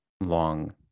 long